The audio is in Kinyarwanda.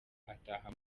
ataha